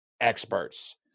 experts